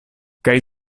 kaj